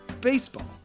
baseball